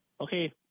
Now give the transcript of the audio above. Okay